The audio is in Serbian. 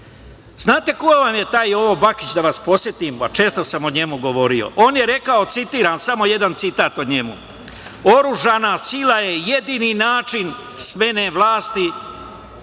Znate ko vam je taj Jovo Bakić, da vas podsetim, a često sam o njemu govorio? On je rekao, citiram, samo jedan citat od njega –„ Oružana sila je jedini način smene vlasti